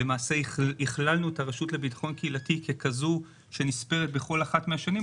למעשה הכללנו את הרשות לביטחון קהילתי כנספרת בכל אחת מהשנים,